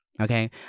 Okay